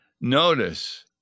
notice